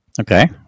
Okay